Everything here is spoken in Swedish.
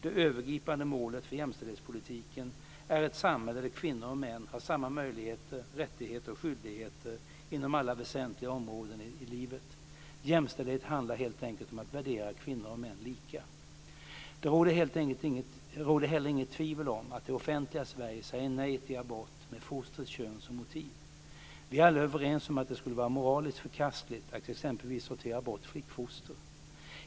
Det övergripande målet för jämställdhetspolitiken är ett samhälle där kvinnor och män har samma möjligheter, rättigheter och skyldigheter inom alla väsentliga områden i livet. Jämställdhet handlar helt enkelt om att värdera kvinnor och män lika. Det råder heller inget tvivel om att det offentliga Sverige säger nej till abort med fostrets kön som motiv. Vi är alla överens om att det skulle vara moraliskt förkastligt att exempelvis sortera bort flickfoster.